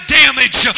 damage